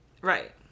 Right